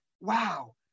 Wow